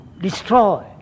destroy